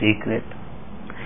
secret